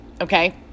okay